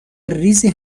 ریزی